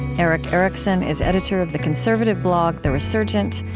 erick erickson is editor of the conservative blog the resurgent,